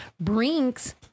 Brinks